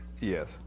Yes